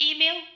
Email